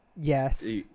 Yes